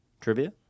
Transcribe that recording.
Trivia